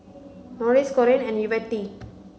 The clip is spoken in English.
Norris Corene and Yvette